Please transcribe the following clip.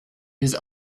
his